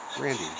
Randy